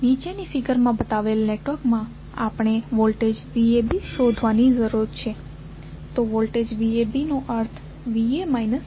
નીચેની ફિગરમાં બતાવેલ નેટવર્ક માટે આપણે વોલ્ટેજ VAB શોધવાની જરૂર છે તો વોલ્ટેજ VAB નો અર્થ VA VB છે